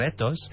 retos